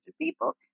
people